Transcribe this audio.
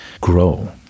grow